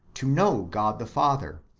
to know god the father,